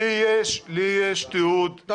לי יש תיעוד --- לא נכון,